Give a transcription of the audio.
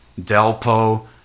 Delpo